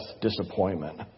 disappointment